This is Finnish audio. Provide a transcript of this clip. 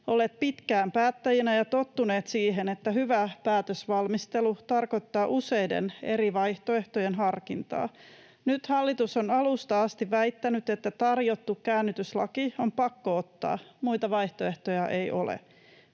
olleet pitkään päättäjinä ja tottuneet siihen, että hyvä päätösvalmistelu tarkoittaa useiden eri vaihtoehtojen harkintaa. Nyt hallitus on alusta asti väittänyt, että tarjottu käännytyslaki on pakko ottaa, muita vaihtoehtoja ei ole.